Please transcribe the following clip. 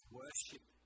worship